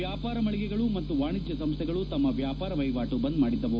ವ್ಯಾಪಾರ ಮಳಿಗೆಗಳು ಮತ್ತು ವಾಣಿಜ್ಯ ಸಂಸ್ಥೆಗಳು ತಮ್ಮ ವ್ಯಾಪಾರ ವಹಿವಾಟು ಬಂದ್ ಮಾಡಿದ್ದವು